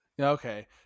Okay